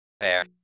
Fair